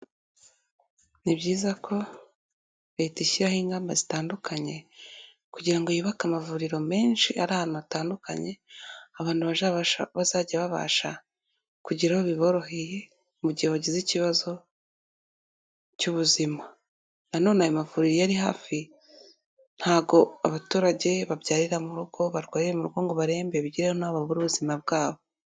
Ni byiza ko Leta ishyiraho ingamba zitandukanye kugira ngo yubake amavuriro menshi ari ahantu hatandukanye, abantu bazajya babasha kugera aho biboroheye mu gihe bagize ikibazo cy'ubuzima, na none ayo mavuriro iyo ari hafi ntago abaturage babyarira mu rugo, barwarira mu rugo ngo barembe bigere n'aho babura ubuzima bwabo.